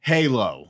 Halo